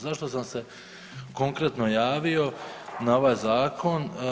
Zašto sam se konkretno javio na ovaj Zakon?